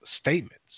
statements